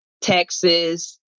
Texas